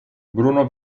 bruno